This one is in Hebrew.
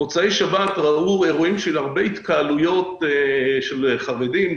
במוצאי שבת ראו אירועים של הרבה התקהלויות של חרדים,